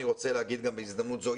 אני רוצה להגיד גם בהזדמנות זו,